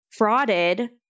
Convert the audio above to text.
frauded